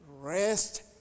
rest